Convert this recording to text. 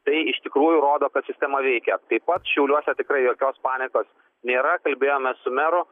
tai iš tikrųjų rodo kad sistema veikia taip pat šiauliuose tikrai jokios panikos nėra kalbėjome su meru